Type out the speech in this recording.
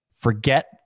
forget